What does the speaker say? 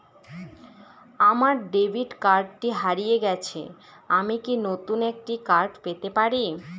আমার ডেবিট কার্ডটি হারিয়ে গেছে আমি কি নতুন একটি কার্ড পেতে পারি?